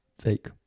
Fake